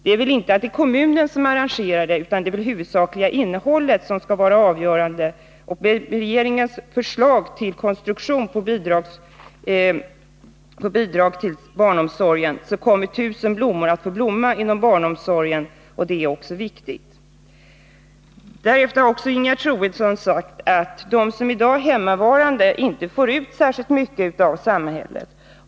Det är väl inte att det är kommunen som arrangerar detta? Det är väl det huvudsakliga innehållet som skall vara avgörande? Enligt regeringens förslag till konstruktion av bidraget till barnomsorgen kommer tusen blommor att få blomma inom barnomsorgen, och det är också viktigt. Ingegerd Troedsson har även sagt att de i dag hemmavarande föräldrarna inte får ut särskilt mycket av samhället.